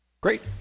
Great